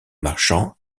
marchands